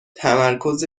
تمرکز